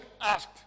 asked